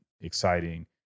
exciting